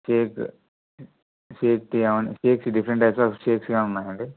Sheikh shake ఏవండీ different types of shakes ఉన్నాయండి